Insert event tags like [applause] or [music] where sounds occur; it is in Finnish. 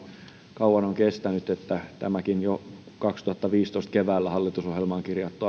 kauan on kestänyt että tämäkin jo keväällä kaksituhattaviisitoista hallitusohjelmaan kirjattu [unintelligible]